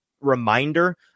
reminder